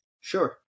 Sure